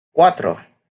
cuatro